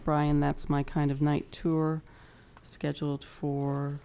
brian that's my kind of night tour scheduled for